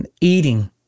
eating